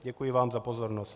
Děkuji vám za pozornost.